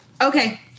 Okay